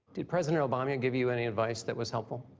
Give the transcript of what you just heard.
did president obama and give you any advice that was helpful?